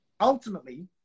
Ultimately